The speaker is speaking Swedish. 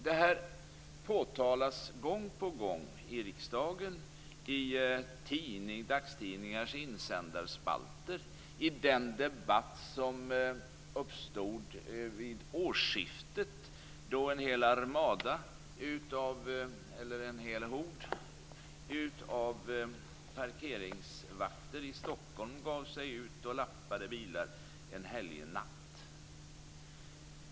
Detta påtalas gång på gång i riksdagen, i dagstidningars insändarspalter och i den debatt som uppstod vid årsskiftet när en hel hop av parkeringsvakter i Stockholm gav sig ut och lappade bilar en helgnatt.